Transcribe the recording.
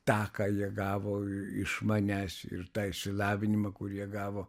tą ką jie gavo iš manęs ir tą išsilavinimą kur jie gavo